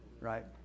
right